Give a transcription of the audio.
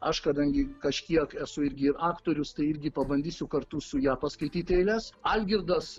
aš kadangi kažkiek esu irgi ir aktorius tai irgi pabandysiu kartu su ja paskaityti eiles algirdas